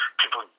people